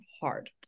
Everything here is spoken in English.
hard